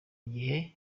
gihe